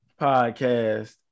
podcast